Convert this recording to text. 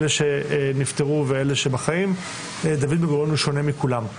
אלה שנפטרו ואלה שבחיים דוד בן-גוריון הוא שונה מכולם.